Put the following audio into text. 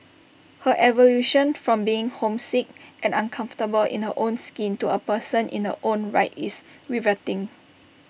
her evolution from being homesick and uncomfortable in her own skin to A person in her own right is riveting